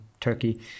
Turkey